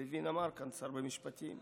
לוין אמר, שר המשפטים.